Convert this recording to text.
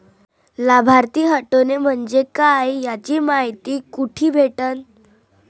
लाभार्थी हटोने म्हंजे काय याची मायती कुठी भेटन?